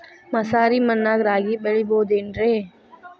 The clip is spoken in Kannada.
ಮಸಾರಿ ಮಣ್ಣಾಗ ರಾಗಿ ಬೆಳಿಬೊದೇನ್ರೇ?